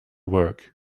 work